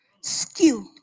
Skill